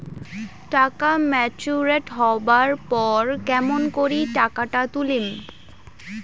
টাকা ম্যাচিওরড হবার পর কেমন করি টাকাটা তুলিম?